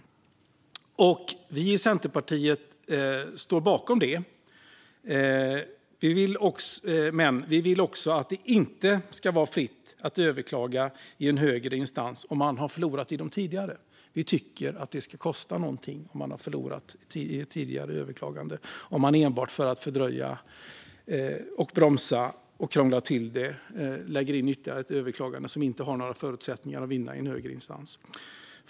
Aktivitetskravet i plan och bygglagen Vi i Centerpartiet står bakom det. Men vi vill inte att det ska vara fritt att överklaga i en högre instans om man har förlorat i de tidigare. Vi tycker att det ska kosta någonting när man har förlorat vid tidigare överklagande om man enbart för att fördröja, bromsa och krångla till det lägger in ytterligare ett överklagande som inte har förutsättningar att vinna i en högre instans.